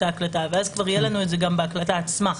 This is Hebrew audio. ההקלטה" ואז כבר יהיה לנו את זה גם בהקלטה עצמה.